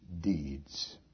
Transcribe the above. deeds